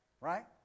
right